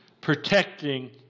protecting